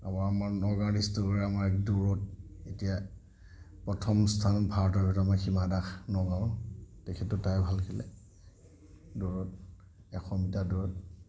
আৰু আমৰ নগাঁও ডিষ্ট্ৰিক্টৰে আমাৰ দৌৰ এতিয়া প্ৰথম স্থানত ভাৰতৰ হীমা দাস নগাঁও তেখেত তাইও ভাল খেলে দৌৰত এশ মিটাৰ দৌৰত